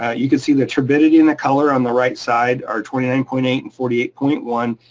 ah you can see the turbidity and the color on the right side are twenty nine point eight and forty eight point one,